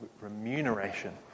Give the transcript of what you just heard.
remuneration